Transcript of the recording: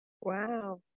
wow